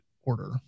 order